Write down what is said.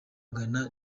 ghana